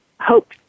hope